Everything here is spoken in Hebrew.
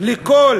לכל